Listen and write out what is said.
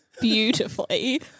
beautifully